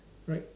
right